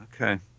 Okay